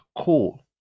cool